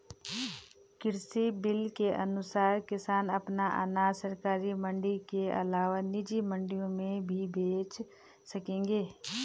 कृषि बिल के अनुसार किसान अपना अनाज सरकारी मंडी के अलावा निजी मंडियों में भी बेच सकेंगे